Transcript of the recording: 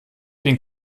bin